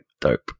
dope